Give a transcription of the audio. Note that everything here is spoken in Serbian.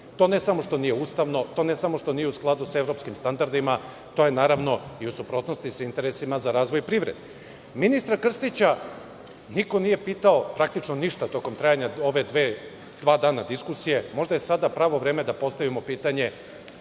To ne samo što nije ustavno, nije u skladu sa evropskim standardima, to je i u suprotnosti sa interesima za razvoj privrede. Ministra Krstića niko nije pitao praktično ništa tokom ova dva dana trajanja ove diskusije. Možda je sada pravo vreme da postavimo pitanje